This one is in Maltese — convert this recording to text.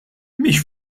mhix